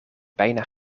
bijna